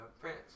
France